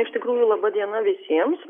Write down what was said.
iš tikrųjų laba diena visiems